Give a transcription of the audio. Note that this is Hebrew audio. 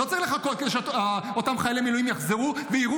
לא צריך לחכות שאותם חיילי מילואים יחזרו ויראו